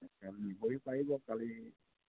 আপুনি নিবহি পাৰিব খালি